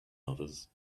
others